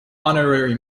honorary